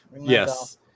Yes